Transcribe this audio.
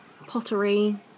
pottery